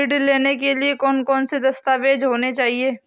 ऋण लेने के लिए कौन कौन से दस्तावेज होने चाहिए?